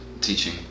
teaching